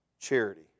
charity